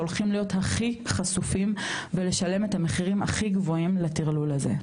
שהולכים להיות הכי חשופים ולשלם את המחירים הכי גבוהים לטרלול הזה.